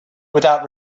without